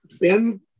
Ben